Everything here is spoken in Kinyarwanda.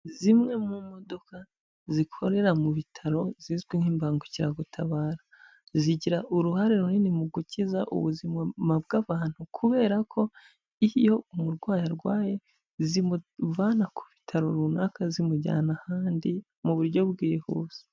Zimwe mu modoka zikorera mu bitaro zizwi nk'imbangukiragutabara, zigira uruhare runini mu gukiza ubuzima bw'abantu kubera ko iyo umurwayi arwaye zimuvana ku bitaro runaka zimujyana ahandi, mu buryo bwihuse.